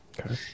okay